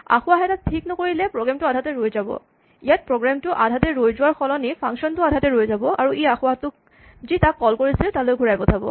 আসোঁৱাহ এটা ঠিক নকৰিলে প্ৰগ্ৰেম টো আধাতে ৰৈ যাব ইয়াত প্ৰগ্ৰেম টো আধাতে ৰৈ যোৱাৰ সলনি ফাংচনটো আধাতে ৰৈ যাব আৰু ই আসোঁৱাহটোক যি তাক কল কৰিছিল তালৈ ঘূৰাই পঠাব